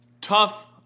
tough